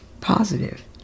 positive